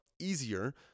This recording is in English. easier